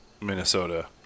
Minnesota